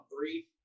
three